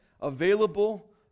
available